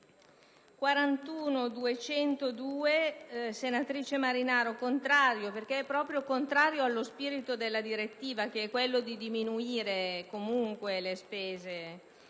Marinaro esprimo parere contrario, perché è proprio contrario allo spirito della direttiva che è quello di diminuire comunque le spese.